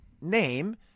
name